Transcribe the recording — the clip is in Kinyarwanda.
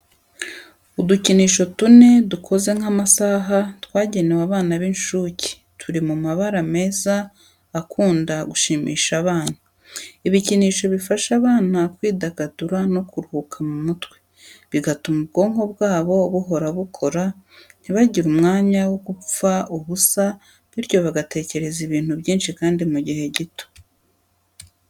Udukinisho tune dukoze nk'amasaha twagenewe abana b'incuke turi mu mabara meza akunda gushimisha abana. Ibikinisho bifasha abana kwidagadura no kuruhuka mu mutwe, bigatuma ubwonko bwabo buhora bukora, ntibagire umwanya wo gupfa ubusa bityo bagatekereza ibintu byinshi kandi mu gihe gito.